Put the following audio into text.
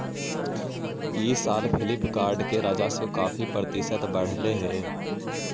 इस साल फ्लिपकार्ट का राजस्व काफी प्रतिशत बढ़लई हे